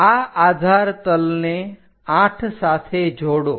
આ આધાર તલને 8 સાથે જોડો